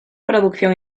producción